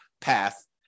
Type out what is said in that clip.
path